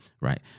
right